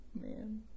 Man